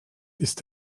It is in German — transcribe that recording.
ist